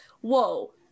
whoa